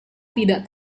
tidak